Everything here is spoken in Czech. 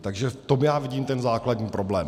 Takže v tom já vidím ten základní problém.